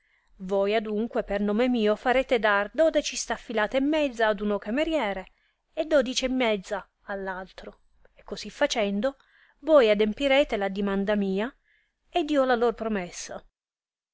voi adunque per nome mio farete dar dodeci staffilate e mezza ad uno cameriere e dodeci e mezza all altro e cosi facendo voi adempire e l addimanda mia ed io la lor promessa